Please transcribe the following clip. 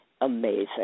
amazing